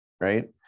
Right